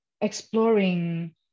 exploring